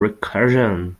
recursion